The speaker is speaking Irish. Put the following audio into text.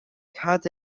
cad